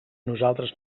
nosaltres